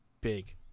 big